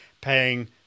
paying